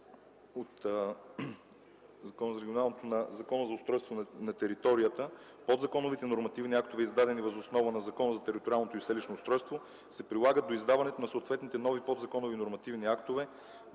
от Закона за устройство на територията подзаконовите нормативни актове, издадени въз основа на Закона за териториално и селищно устройство, се прилагат до издаването на съответните нови подзаконови нормативни актове,